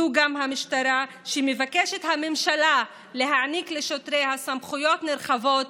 זו גם המשטרה שהממשלה מבקשת להעניק לשוטריה סמכויות רחבות